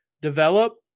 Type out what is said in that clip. develop